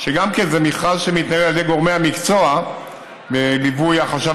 גם זה מכרז שמתנהל על ידי גורמי המקצוע בליווי החשב